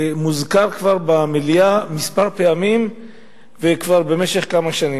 הוזכר במליאה כבר כמה פעמים במשך השנים.